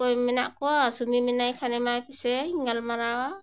ᱚᱠᱚᱭ ᱢᱮᱱᱟᱜ ᱠᱚᱣᱟ ᱥᱩᱢᱤ ᱢᱮᱱᱟᱭ ᱠᱷᱟᱱ ᱮᱢᱟᱭ ᱯᱮᱥᱮ ᱤᱧ ᱜᱟᱞᱢᱟᱨᱟᱣᱟ